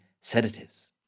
sedatives